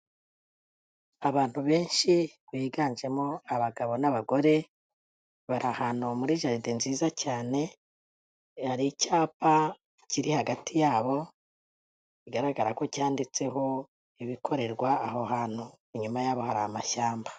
Abantu benshi biganjemo abagabo n'abagore, bari ahantu muri jaride nziza cyane, hari icyapa kiri hagati yabo, bigaragara ko cyanditseho ibikorerwa aho hantu. Inyuma yabo hari amashyamba.